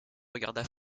regarda